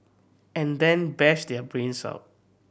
and then bash their brains out